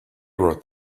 wrote